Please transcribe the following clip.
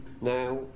Now